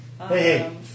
Hey